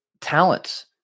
talents